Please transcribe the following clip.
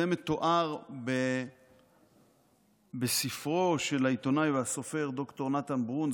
זה מתואר בספרו של העיתונאי והסופר ד"ר נתן ברון,